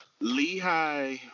Lehigh